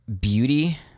beauty